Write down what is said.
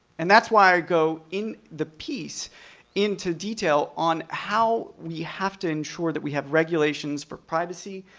and that's why i go in the piece into detail on how we have to ensure that we have regulations for privacy,